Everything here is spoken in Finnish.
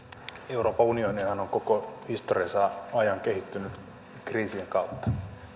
euroopan unionihan on koko historiansa ajan kehittynyt kriisien kautta